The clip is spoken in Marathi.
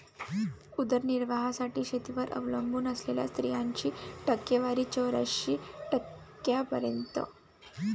उदरनिर्वाहासाठी शेतीवर अवलंबून असलेल्या स्त्रियांची टक्केवारी चौऱ्याऐंशी टक्क्यांपर्यंत